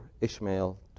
Ishmael